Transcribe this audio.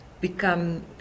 become